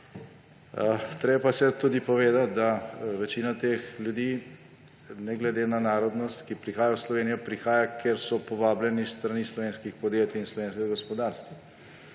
je pa seveda tudi povedati, da večina teh ljudi, ne glede na narodnost, ki prihajajo v Slovenijo, prihajajo, ker so povabljeni s strani slovenskih podjetij in slovenskega gospodarstva.